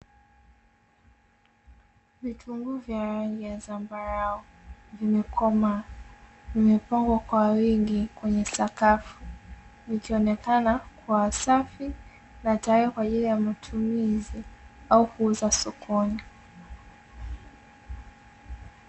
Vitunguu vya rangi ya zambarau vimekomaa. Vimepangwa kwa wingi kwenye sakafu, vikionekana kuwa safi na tayari kwa ajili ya matumizi au kuuza sokoni.